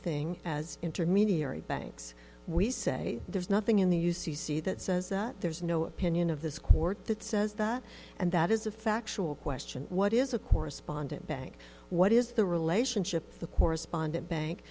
thing as intermediary banks we say there's nothing in the u c c that says that there's no opinion of this court that says that and that is a factual question what is a correspondent bank what is the relationship the correspondent bank